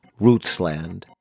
Rootsland